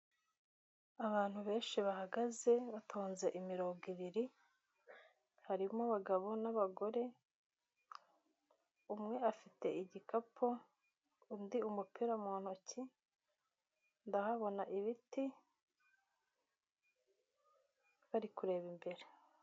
Abantu benshi bahagaze, batonze imirongo ibiri, harimo abagabo n'abagore, umwe afite igikapu, undi umupira mu ntoki, ndahabona ibiti, bari kureba imbere.